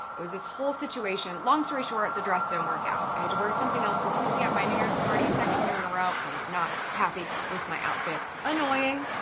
it was this whole situation. long story short, the dress didn't work out. i had to wear something else completely at my new year's party. second year in a row i was not happy with my outfit. annoying,